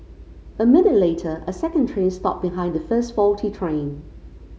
a minute later a second train stopped behind the first faulty train